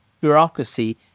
bureaucracy